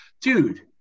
dude